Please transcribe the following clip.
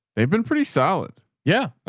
they've been pretty solid. yeah.